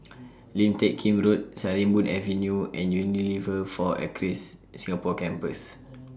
Lim Teck Kim Road Sarimbun Avenue and Unilever four Acres Singapore Campus